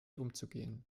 umzugehen